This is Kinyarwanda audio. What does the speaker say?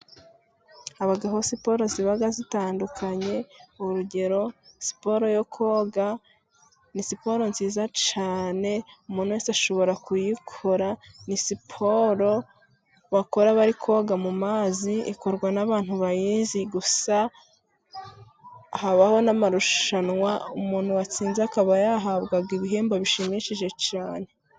Habaho siporo ziba zitandukanye， urugero： Siporo yo koga ni siporo nziza cyane， umuntu wese ashobora kuyikora. Ni siporo bakora bari koga mu mazi， ikorwa n'abantu bayizi，gusa habaho n'amarushanwa，umuntu watsinze akaba yahabwa ibihembo bishimishije cyane.